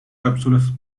cápsulas